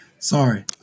sorry